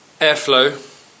airflow